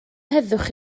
heddwch